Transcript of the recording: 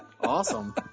Awesome